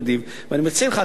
אתה יכול להוביל את המהלך הזה.